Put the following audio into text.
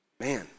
man